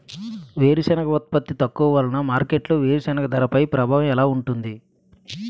వేరుసెనగ ఉత్పత్తి తక్కువ వలన మార్కెట్లో వేరుసెనగ ధరపై ప్రభావం ఎలా ఉంటుంది?